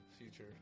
Future